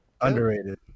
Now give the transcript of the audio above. underrated